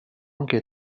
anche